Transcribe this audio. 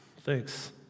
Thanks